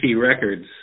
Records